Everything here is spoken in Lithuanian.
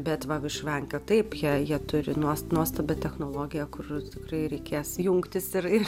bet va višivanka taip jei jie turi nuost nuostabią technologiją kur tikrai reikės jungtis ir ir